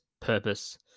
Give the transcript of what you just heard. purpose